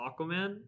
Aquaman